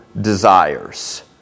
desires